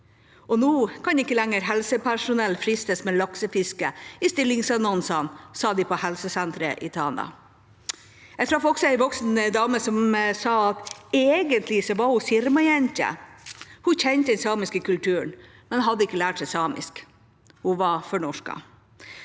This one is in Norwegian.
Nå kan ikke lenger helsepersonell fristes med laksefiske i stillingsannonsene, sa de på helsesenteret i Tana. Jeg traff også en voksen dame som sa at hun egentlig var Sirma-jente. Hun kjente den samiske kulturen, men hadde ikke lært seg samisk. Hun var fornorsket